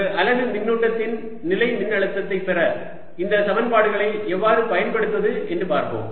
ஒரு அலகு மின்னூட்டத்தின் நிலைமின்னழுத்தத்தைப் பெற இந்த சமன்பாடுகளை எவ்வாறு பயன்படுத்துவது என்று பார்ப்போம்